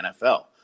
NFL